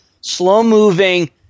slow-moving